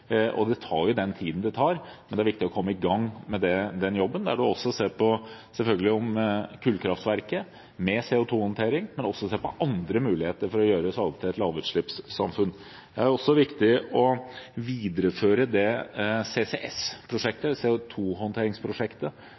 Det tar den tiden det tar, men det er viktig å komme i gang med den jobben, der en også selvfølgelig ser på kullkraftverket med CO2-håndtering, men også ser på andre muligheter for å gjøre Svalbard til et lavutslippssamfunn. Det er også viktig å videreføre det